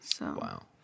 Wow